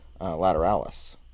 lateralis